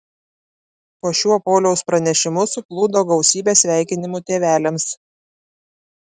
po šiuo pauliaus pranešimu suplūdo gausybė sveikinimų tėveliams